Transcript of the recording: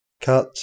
cut